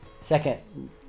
second